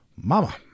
Mama